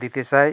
দিতে চাই